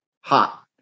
hot